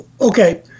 Okay